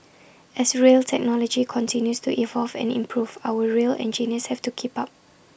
as rail technology continues to evolve and improve our rail engineers have to keep up